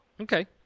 Okay